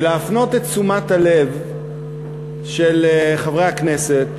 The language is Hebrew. ולהפנות את תשומת הלב של חברי הכנסת